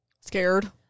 Scared